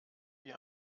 wie